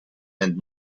and